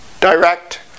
direct